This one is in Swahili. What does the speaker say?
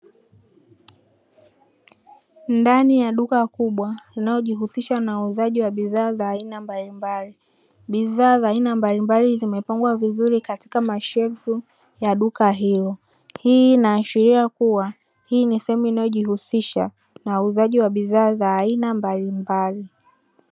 Ndani ya duka kubwa linalojihusisha na uuzaji wa bidhaa za aina mbalimbali, bidhaa za aina mbalimbali zimepangwa katika mashelfu ya duka hili. Hii inaashiria kuwa hii ni sehemu inayojihusisha na uuzaji wa bidhaa za aina mbalimbali.